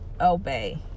obey